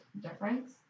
difference